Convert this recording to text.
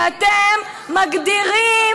ואתם מגדירים,